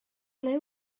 ble